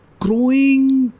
growing